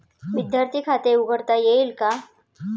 विद्यार्थी खाते उघडता येईल का?